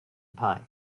pie